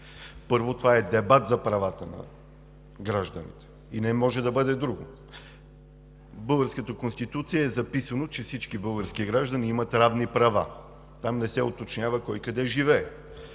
Първо, това е дебат за правата на гражданите и не може да бъде друго. В българската Конституция е записано, че всички български граждани имат равни права. Там не се уточнява кой къде живее.